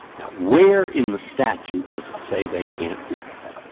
now, where in the statute does it say they can't do that?